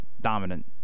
dominant